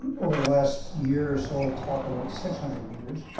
over the last year or so, talk about six hundred meters.